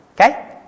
Okay